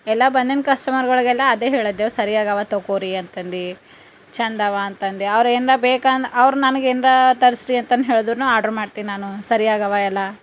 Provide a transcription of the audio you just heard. ಎಲ್ಲ ಬಂದಿನಿ ಕಸ್ಟಮರ್ಗಳಿಗೆಲ್ಲ ಅದೇ ಹೇಳದ್ದೆವು ಸರಿಯಾಗವ ತಗೋರಿ ಅಂತಂದು ಛಂದವ ಅಂತಂದು ಅವ್ರು ಏನರ ಬೇಕಾ ಅನ್ನು ಅವ್ರು ನನಗೆ ಏನರ ತರಿಸ್ರಿ ಅಂತ ಹೇಳಿದ್ರು ಆರ್ಡ್ರ್ ಮಾಡ್ತಿನಿ ನಾನು ಸರಿಯಾಗವ ಎಲ್ಲ